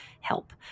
help